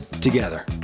together